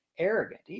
arrogant